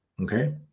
Okay